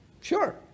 Sure